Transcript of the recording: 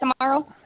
tomorrow